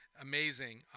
amazing